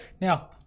now